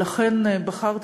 לכן בחרתי,